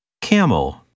Camel